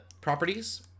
properties